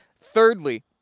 Thirdly